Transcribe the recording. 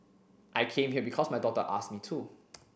I came here because my daughter asked me to